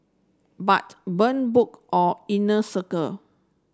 but burn book or inner circle